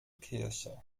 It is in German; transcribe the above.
kirche